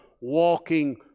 walking